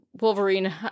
Wolverine